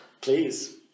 Please